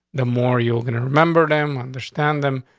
the more you're gonna remember them, understand them.